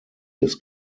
des